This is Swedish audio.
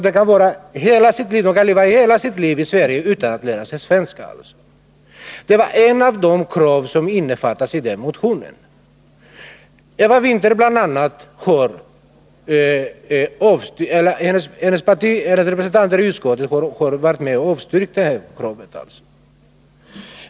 De kan leva hela sitt liv i Sverige utan att lära sig svenska. Detta var ett av de krav som framfördes i motionen. Eva Winther och hennes partikamrater i utskottet har varit med om att avstyrka det kravet.